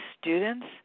students